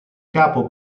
capo